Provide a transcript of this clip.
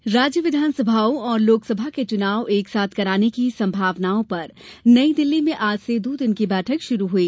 चुनाव बैठक राज्य विधानसभाओं और लोकसभा के चुनाव एक साथ कराने की सम्भावनाओं पर नई दिल्ली में आज से दो दिन की बैठक शुरू हुई